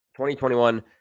2021